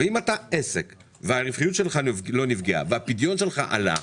אם אתה עסק והרווחיות שלך לא נפגעה והפדיון שלך עלה,